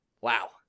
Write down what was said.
Wow